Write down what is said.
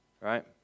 right